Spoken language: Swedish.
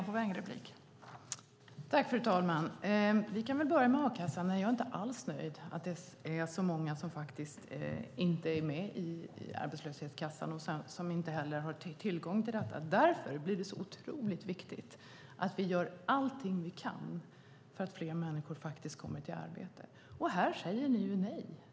Fru talman! Jag börjar med frågan om a-kassan. Jag är inte alls nöjd med att det är så många som inte är med i arbetslöshetskassan och därför inte har tillgång till ersättning. Därför är det så otroligt viktigt att vi gör allt vi kan för att fler människor ska komma i arbete. Ni säger nej till detta.